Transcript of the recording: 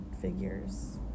figures